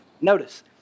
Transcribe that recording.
Notice